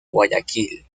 guayaquil